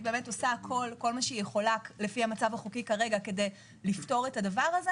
עושה כל מה שהיא יכולה לפי המצב החוקי כרגע כדי לפתור את זה,